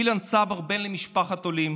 אילן, צבר בן למשפחת עולים